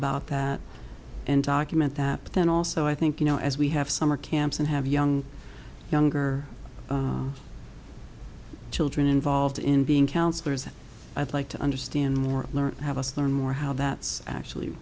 about that and document that but then also i think you know as we have summer camps and have young younger children involved in being counselors that i'd like to understand more learn have us learn more how that actually